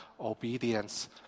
obedience